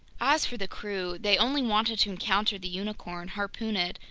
as for the crew, they only wanted to encounter the unicorn, harpoon it,